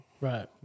right